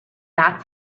back